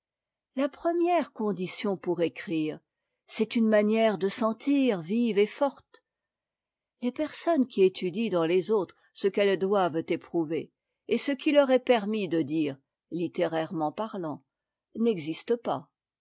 la première condition pour écrire c'est une manière de sentir vive et forte les personnes qui étudient dans les autres ce qu'elles doivent éprouver et ce qu'il leur est permis de dire littérairement parlant n'existent pas